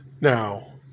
Now